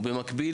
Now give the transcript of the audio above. ובמקביל,